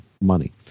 money